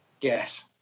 Yes